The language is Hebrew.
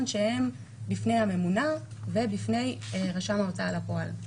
שהן בפני הממונה ובפני רשם ההוצאה לפועל.